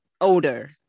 older